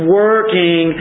working